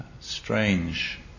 strange